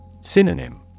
Synonym